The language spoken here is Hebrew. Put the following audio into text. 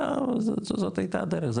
זאת הייתה הדרך,